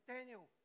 Daniel